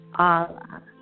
Allah